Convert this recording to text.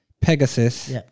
Pegasus